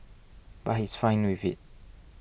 but he's fine with it